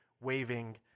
waving